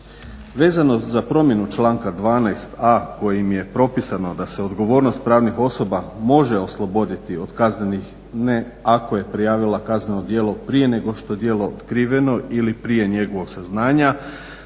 Vezano za promjenu članka 12.a kojim je propisano da se odgovornost pravnih osoba može osloboditi od kaznenih ne ako je prijavila kazneno djelo prije nego što je djelo otkriveno ili prije njegovog saznanja